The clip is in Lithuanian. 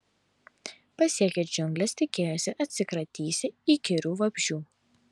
pasiekę džiungles tikėjosi atsikratysią įkyrių vabzdžių